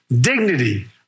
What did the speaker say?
dignity